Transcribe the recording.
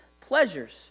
pleasures